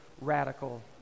radical